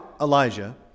Elijah